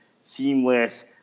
seamless